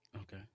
Okay